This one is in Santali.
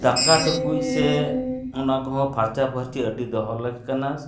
ᱫᱟᱠᱟ ᱴᱩᱠᱩᱡ ᱥᱮ ᱚᱱᱟ ᱠᱚᱦᱚᱸ ᱯᱷᱟᱨᱪᱟᱯᱷᱟᱨᱪᱤ ᱟᱹᱰᱤ ᱫᱚᱦᱚ ᱞᱟᱹᱠ ᱠᱟᱱᱟ